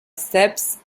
steps